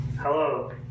Hello